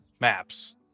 maps